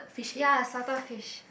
ya salted fish